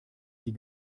die